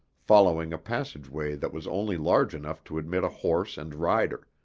following a passage-way that was only large enough to admit a horse and rider